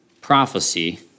prophecy